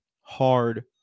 hard